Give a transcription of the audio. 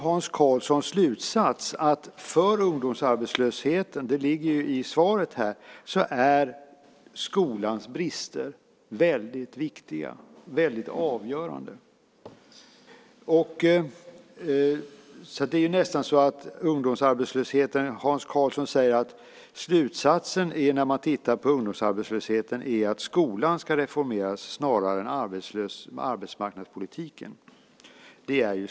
Hans Karlssons slutsats är att bristerna i skolan är viktiga och avgörande för ungdomsarbetslösheten. Hans Karlssons slutsats är att i fråga om ungdomsarbetslösheten ska skolan reformeras snarare än arbetsmarknadspolitiken.